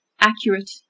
accurate